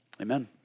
amen